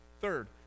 Third